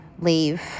leave